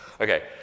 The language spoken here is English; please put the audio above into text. okay